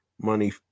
money